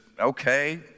okay